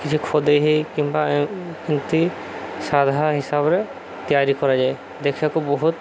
କିଛି ଖୋଦେଇ ହେଇ କିମ୍ବା ଏମତି ସାଧା ହିସାବରେ ତିଆରି କରାଯାଏ ଦେଖିବାକୁ ବହୁତ